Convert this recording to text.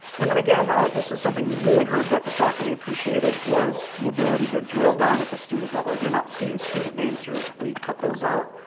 and then again, this is something we really heard that the faculty appreciated, the ability to drill down at the student level. you're not seeing student names here. we cut those out.